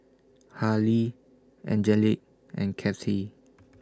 Halie Angelic and Kathey